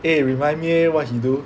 eh remind me eh what he do